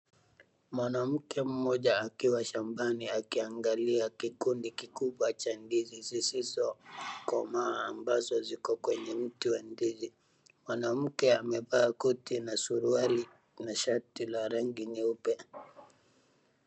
Mwanamke mmoja akiwa shambani akiangalia kikundi kikubwa cha ndizi zisizokomaa ambazo ziko kwa mti wa ndizi. Mwanamke amevaa koti na suruali na shati la rangi nyeupe.